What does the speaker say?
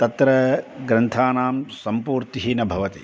तत्र ग्रन्थानां सम्पूर्तिः न भवति